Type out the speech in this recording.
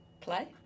play